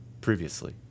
previously